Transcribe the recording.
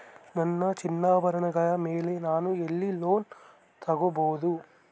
ನನ್ನ ಚಿನ್ನಾಭರಣಗಳ ಮೇಲೆ ನಾನು ಎಲ್ಲಿ ಲೋನ್ ತೊಗೊಬಹುದು?